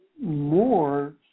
more